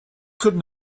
could